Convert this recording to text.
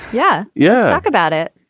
yeah. yeah. talk about it.